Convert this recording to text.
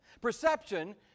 Perception